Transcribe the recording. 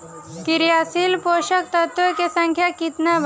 क्रियाशील पोषक तत्व के संख्या कितना बा?